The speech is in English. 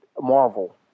Marvel